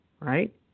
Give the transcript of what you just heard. right